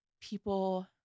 people